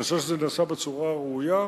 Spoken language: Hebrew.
אני חושב שזה נעשה בצורה הראויה,